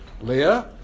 Leah